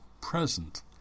present